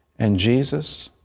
and, jesus,